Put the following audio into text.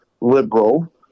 liberal